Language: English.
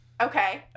Okay